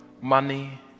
money